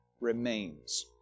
remains